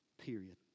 period